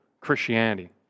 Christianity